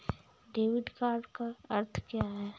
Debit का अर्थ क्या है?